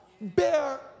bear